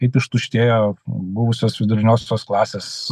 kaip ištuštėjo buvusios viduriniosios klasės